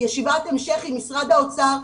ישיבת המשך עם משרד האוצר,